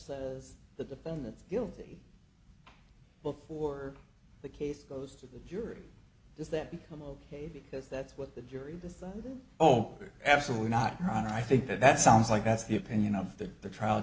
says the defendant's guilty before the case goes to the jury does that become ok because that's what the jury decided oh absolutely not ron and i think that that sounds like that's the opinion of the trial